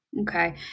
Okay